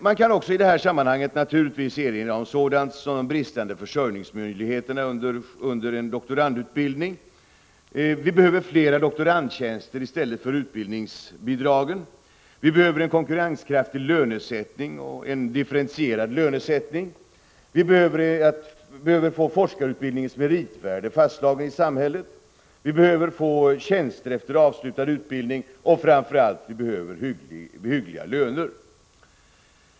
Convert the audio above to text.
Det kan i detta sammanhang naturligtvis också erinras om sådant som de bristande försörjningsmöjligheterna under en doktorandutbildning och om att vi behöver fler doktorandtjänster i stället för utbildningsbidragen; liksom en konkurrenskraftig och differentierad lönesättning. Vi behöver få forskarutbildningens meritvärde i samhället fastslaget. Det behövs vidare tjänster efter avslutad utbildning, och framför allt: hyggliga löner.